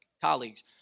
colleagues